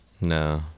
No